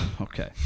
Okay